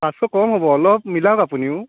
পাঁচশ কম হ'ব অলপ মিলাওক আপুনিও